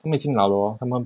他们已经老了 hor 他们